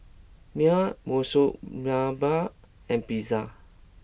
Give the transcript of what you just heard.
Naan Monsunabe and Pizza